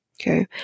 Okay